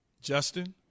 Justin